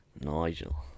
Nigel